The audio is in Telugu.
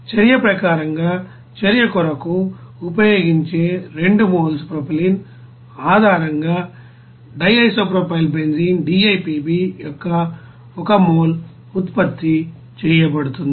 చర్య ప్రకారంగా చర్య కొరకు ఉపయోగించే 2 మోల్స్ ప్రొపైలీన్ ఆధారంగా DIPBయొక్క 1 మోల్ ఉత్పత్తి చేయబడుతుంది